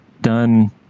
done